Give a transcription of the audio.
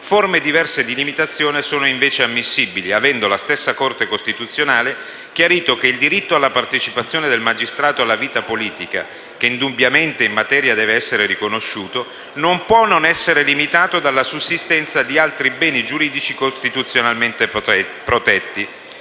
forme diverse di limitazioni sono invece ammissibili, avendo la stessa Corte costituzionale chiarito che il diritto alla partecipazione del magistrato alla vita politica: «che indubbiamente in materia deve essere riconosciuto, non può non essere limitato dalla sussistenza di altri beni giuridici costituzionalmente protetti,